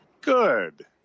Good